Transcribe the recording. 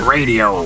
Radio